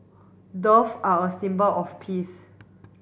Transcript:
dove are a symbol of peace